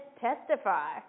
testify